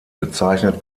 bezeichnet